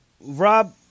Rob